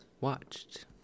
watched